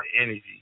energy